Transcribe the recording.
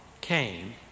came